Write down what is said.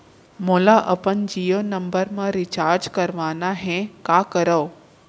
मोला अपन जियो नंबर म रिचार्ज करवाना हे, का करव?